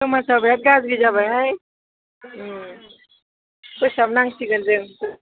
समाजा बिराद गाज्रि जाबायहाय फोसाबनांसिगोन जों